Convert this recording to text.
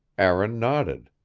aaron nodded.